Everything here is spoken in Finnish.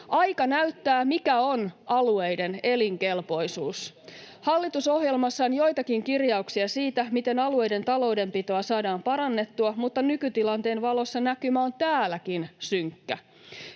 Aika näyttää, mikä on alueiden elinkelpoisuus. Hallitusohjelmassa on joitakin kirjauksia siitä, miten alueiden taloudenpitoa saadaan parannettua, mutta nykytilanteen valossa näkymä on täälläkin synkkä.